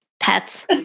pets